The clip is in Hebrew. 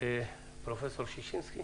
פרופ' ששינסקי